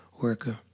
worker